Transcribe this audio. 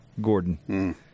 Gordon